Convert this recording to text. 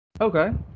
Okay